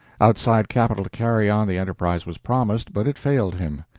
outside capital to carry on the enterprise was promised, but it failed him.